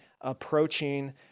approaching